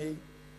אדוני,